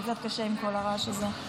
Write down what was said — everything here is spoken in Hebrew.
זה קצת קשה עם כל הרעש הזה.